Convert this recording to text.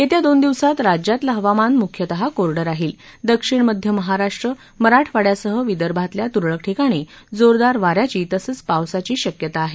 येत्या दोन दिवसात राज्यातलं हवामान म्ख्यतः कोरडं राहील दक्षिण मध्य महाराष्ट्र मराठवाडयासह विदर्भातल्या तुरळक ठिकाणी जोरदार वा याची तसंच पावसाची शक्यता आहे